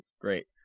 Great